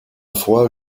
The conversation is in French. foi